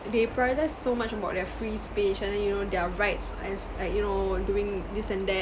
they prioritise so much about their free speech and then you know their rights as like you know doing this and that